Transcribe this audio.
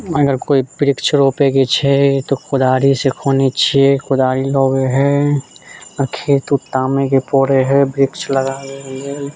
अगर कोइ वृक्ष रोपैके छै तऽ कोदारीसँ खोनै छियै कोदारी लगे हय आओर खेत उत तामेके पड़ै हय वृक्ष लगाबेके लेल